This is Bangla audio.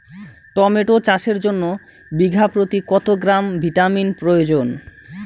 টমেটো চাষের জন্য বিঘা প্রতি কত গ্রাম ভিটামিন প্রয়োজন?